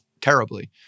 terribly